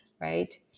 right